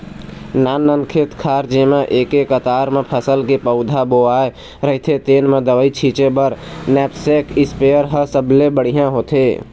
नाननान खेत खार जेमा एके कतार म फसल के पउधा बोवाए रहिथे तेन म दवई छिंचे बर नैपसेक इस्पेयर ह सबले बड़िहा होथे